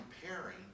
comparing